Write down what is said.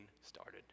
started